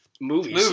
movies